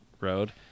road